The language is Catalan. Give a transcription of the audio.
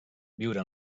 viure